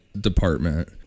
Department